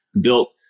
built